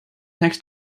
next